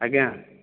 ଆଜ୍ଞା